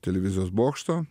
televizijos bokšto